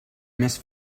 més